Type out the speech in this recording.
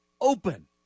open